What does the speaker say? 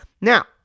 Now